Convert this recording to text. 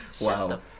Wow